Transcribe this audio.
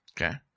Okay